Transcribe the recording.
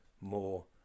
more